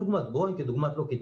כדוגמת בואינג ולוקהיד-מרטין,